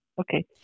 Okay